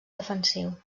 defensiu